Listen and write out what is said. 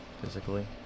Physically